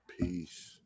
peace